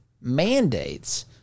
mandates